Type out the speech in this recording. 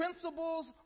principles